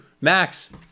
Max